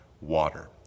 water